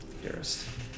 Dearest